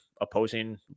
opposing